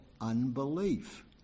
unbelief